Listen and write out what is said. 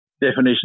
definition